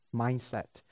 mindset